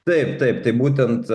taip taip tai būtent